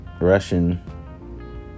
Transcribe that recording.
Russian